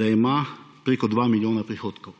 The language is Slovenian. da ima preko 2 milijona prihodkov,